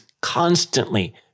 constantly